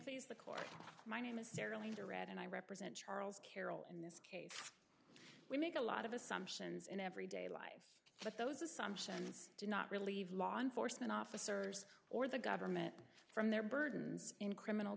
please the court my name is their leader and i represent charles carroll in this case we make a lot of assumptions in everyday life but those assumptions do not relieve law enforcement officers or the government from their burdens in criminal